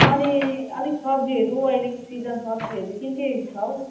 अनि अलिक सब्जीहरू अहिलेको सिजन सब्जीहरू के के छ हौ